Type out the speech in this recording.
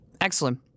Excellent